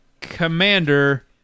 Commander